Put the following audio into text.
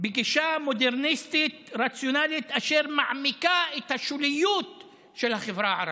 בגישה מודרניסטית רציונלית אשר מעמיקה את השוליות של החברה הערבית.